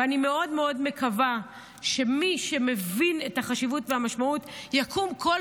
ואני מאוד מאוד מקווה שמי שמבין את החשיבות והמשמעות יקום בכל